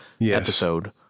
episode